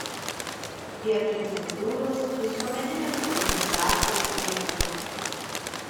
vietoj cenzūros visuomeninės organizacijos veikla